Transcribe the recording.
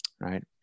right